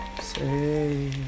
say